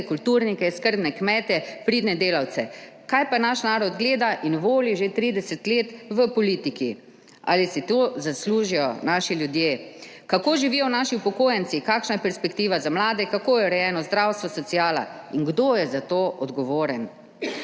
kulturnike, skrbne kmete, pridne delavce. Kaj pa naš narod gleda in voli že 30 let v politiki? Ali si to zaslužijo naši ljudje? Kako živijo naši upokojenci, kakšna je perspektiva za mlade, kako je urejeno zdravstvo, sociala in kdo je za to odgovoren.